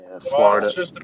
Florida